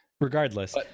regardless